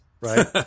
right